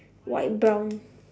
white brown